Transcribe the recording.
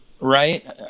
right